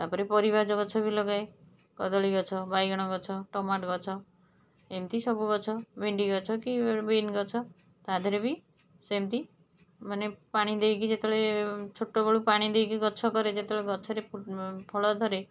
ତା'ପରେ ପରିବା ଗଛ ବି ଲଗାଏ କଦଳୀ ଗଛ ବାଇଗଣ ଗଛ ଟମାଟୋ ଗଛ ଏମିତି ସବୁ ଗଛ ଭେଣ୍ଡି ଗଛ କି ବିନ୍ ଗଛ ତା'ଦିହରେ ବି ସେମିତି ମାନେ ପାଣି ଦେଇକି ଯେତେବେଳେ ଛୋଟବେଳୁ ପାଣି ଦେଇକି ଗଛ କରେ ଯେତେବେଳେ ଗଛରେ ଫଳ ଧରେ